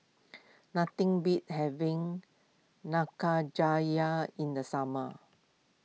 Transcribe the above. nothing beats having in the summer